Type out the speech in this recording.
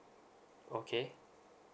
okay